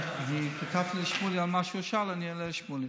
אני עונה לשמולי על מה שהוא שאל, אני עונה לשמולי.